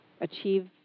achieve